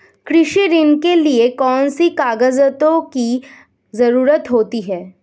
कृषि ऋण के लिऐ कौन से कागजातों की जरूरत होती है?